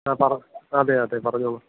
ആ പറ അതെയതെ പറഞ്ഞോളു